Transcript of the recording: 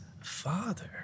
Father